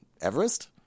Everest